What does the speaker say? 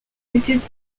completed